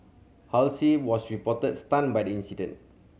Halsey was reportedly stunned by the incident